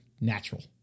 natural